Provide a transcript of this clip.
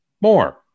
more